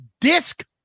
disc